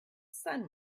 sun